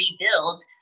rebuild